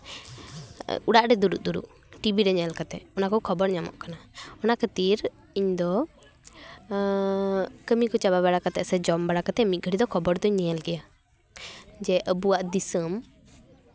ᱚᱲᱟᱜ ᱨᱮ ᱫᱩᱲᱩᱵ ᱫᱩᱲᱩᱵ ᱴᱤᱵᱷᱤ ᱨᱮ ᱧᱮᱞ ᱠᱟᱛᱮ ᱚᱱᱟ ᱠᱚ ᱠᱷᱚᱵᱚᱨ ᱧᱟᱢᱚᱜ ᱠᱟᱱᱟ ᱚᱱᱟ ᱠᱷᱟᱹᱛᱤᱨ ᱤᱧ ᱫᱚ ᱠᱟᱹᱢᱤ ᱠᱚ ᱪᱟᱵᱟ ᱵᱟᱲᱟ ᱠᱟᱛᱮ ᱥᱮ ᱡᱚᱢ ᱵᱟᱲᱟ ᱠᱟᱛᱮ ᱢᱤᱫ ᱜᱷᱟᱹᱲᱤ ᱫᱚ ᱠᱷᱚᱵᱚᱨ ᱫᱚᱧ ᱧᱮᱞ ᱜᱮᱭᱟ ᱡᱮ ᱟᱵᱚᱣᱟᱜ ᱫᱤᱥᱟᱹᱢ